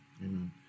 Amen